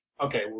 Okay